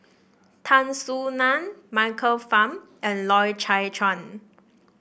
Tan Soo Nan Michael Fam and Loy Chye Chuan